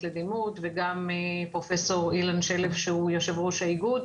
לדימות וגם פרופ' אילן שלף שהוא יושב ראש האיגוד.